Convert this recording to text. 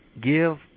give